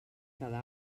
cada